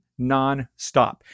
nonstop